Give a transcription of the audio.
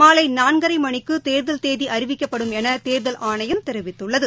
மாலநான்கரைமனிக்குதேர்தல் தேதிஅறிவிக்கப்படும் எனதேர்தல் ஆணையம் தெரிவித்துள்ளது